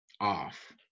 off